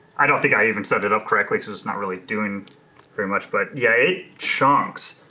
i don't think i even set it up correctly cause it's not really doing very much but yeah, it chunks.